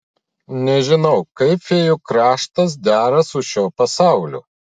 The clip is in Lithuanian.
nežinau kaip fėjų kraštas dera su šiuo pasauliu